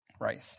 Rice